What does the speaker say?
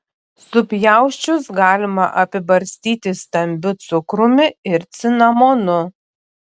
supjausčius galima apibarstyti stambiu cukrumi ir cinamonu